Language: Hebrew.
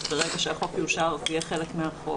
וברגע שהחוק יאושר זה יהיה חלק מהחוק.